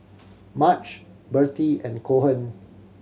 Marge Birtie and Cohen